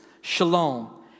shalom